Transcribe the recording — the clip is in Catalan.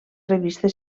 revistes